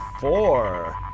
four